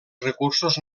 recursos